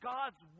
God's